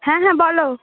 হ্যাঁ হ্যাঁ বলো